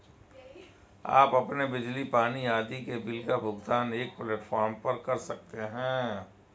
आप अपने बिजली, पानी आदि के बिल का भुगतान एक प्लेटफॉर्म पर कर सकते हैं